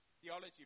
theology